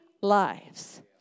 lives